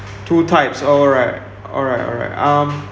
two types alright alright alright um